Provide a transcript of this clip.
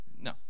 No